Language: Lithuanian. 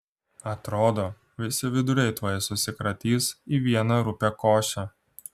atrodo visi viduriai tuoj susikratys į vieną rupią košę